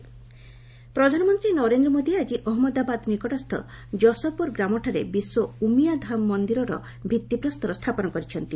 PM Gujarat ପ୍ରଧାନମନ୍ତ୍ରୀ ନରେନ୍ଦ୍ର ମୋଦି ଆଜି ଅହମ୍ମଦାବାଦ ନିକଟସ୍କ ଜସପୁର ଗ୍ରାମଠାରେ ବିଶ୍ୱ ଉମିୟା ଧାମ ମନ୍ଦିରର ଭିତ୍ତିପ୍ରସ୍ତର ସ୍ଥାପନ କରିଛନ୍ତି